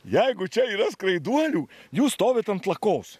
jeigu čia yra skraiduolių jūs stovit ant lakos